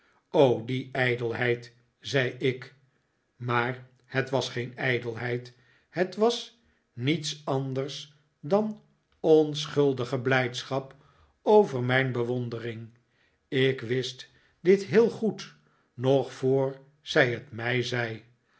die ijdelheid zei ik maar het was geen ijdelheid het was niets anders dan onschuldige blijdschap le ideeen zijt zult gij het mij niet